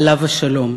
עליו השלום.